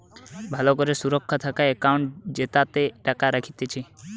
ভালো করে সুরক্ষা থাকা একাউন্ট জেতাতে টাকা রাখতিছে